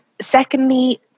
Secondly